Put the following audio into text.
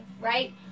right